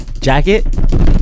jacket